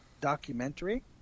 documentary